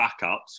backups